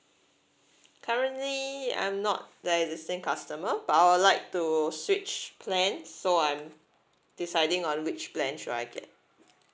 currently I'm not the existing customer but I would like to switch plan so I'm deciding on which plan should I get